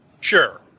Sure